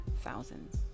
thousands